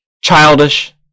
childish